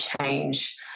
change